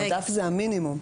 המדף הוא המינימום.